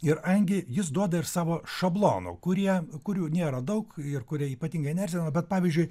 ir angį jis duoda ir savo šablonų kurie kurių nėra daug ir kurie ypatingai neerzina bet pavyzdžiui